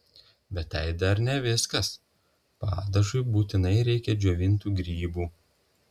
bet tai dar ne viskas padažui būtinai reikia džiovintų grybų